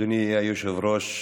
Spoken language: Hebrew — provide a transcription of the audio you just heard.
אדוני היושב-ראש,